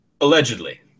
allegedly